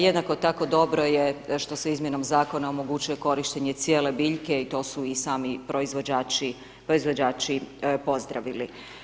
Jednako tako dobro je što se izmjenom zakona omogućuje korištenje cijele biljke i to su i sami proizvođači pozdravili.